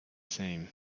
same